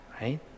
Right